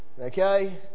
okay